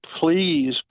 please